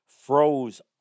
froze